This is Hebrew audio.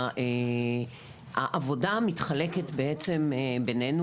אלא כתוצאה של תכנון